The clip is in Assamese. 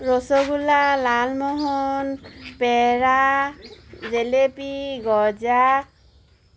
ৰসগোল্লা লালমোহন পেৰা জেলেপী গজা